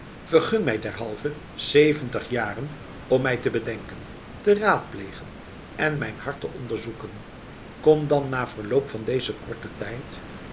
vergun mij derhalve zeventig jaren om mij te bedenken te raadplegen en mijn hart te onderzoeken kom dan na verloop van deze korte tijd